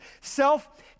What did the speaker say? Self